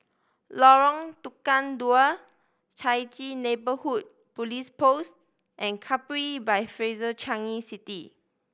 Lorong Tukang Dua Chai Chee Neighbourhood Police Post and Capri by Fraser Changi City